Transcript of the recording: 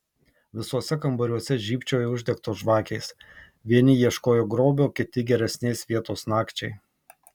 visuose kambariuose žybčiojo uždegtos žvakės vieni ieškojo grobio kiti geresnės vietos nakčiai